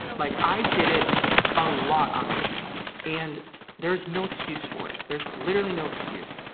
like, i did it a lot on my channel and there is no excuse for it, there's literally no excuse.